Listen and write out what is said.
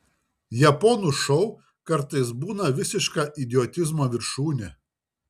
japonų šou kartais būna visiška idiotizmo viršūnė